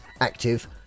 active